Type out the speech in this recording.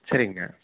சரிங்கண்ணா